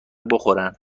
بخورن